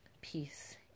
peace